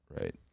right